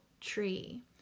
tree